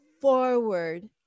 forward